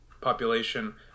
population